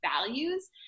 values